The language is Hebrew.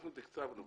אנחנו תקצבנו.